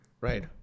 Right